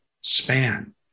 span